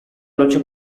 lucha